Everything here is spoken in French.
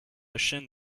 chaîne